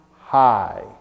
high